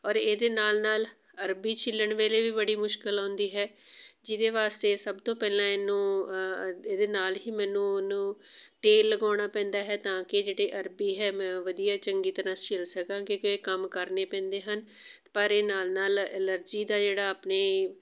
ਔਰ ਇਹਦੇ ਨਾਲ ਨਾਲ ਅਰਬੀ ਛਿੱਲਣ ਵੇਲੇ ਵੀ ਬੜੀ ਮੁਸ਼ਕਲ ਆਉਂਦੀ ਹੈ ਜਿਹਦੇ ਵਾਸਤੇ ਸਭ ਤੋਂ ਪਹਿਲਾਂ ਇਹਨੂੰ ਇਹਦੇ ਨਾਲ ਹੀ ਮੈਨੂੰ ਉਹਨੂੰ ਤੇਲ ਲਗਾਉਣਾ ਪੈਂਦਾ ਹੈ ਤਾਂ ਕਿ ਜਿਹੜੀ ਅਰਬੀ ਹੈ ਮੈਂ ਉਹ ਵਧੀਆ ਚੰਗੀ ਤਰ੍ਹਾਂ ਛਿੱਲ ਸਕਾਂ ਕਿਉਂਕਿ ਇਹ ਕੰਮ ਕਰਨੇ ਪੈਂਦੇ ਹਨ ਪਰ ਇਹ ਨਾਲ ਨਾਲ ਐਲਰਜੀ ਦਾ ਜਿਹੜਾ ਆਪਣੇ